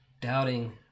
Doubting